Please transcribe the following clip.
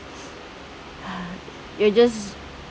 you're just